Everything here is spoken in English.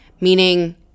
meaning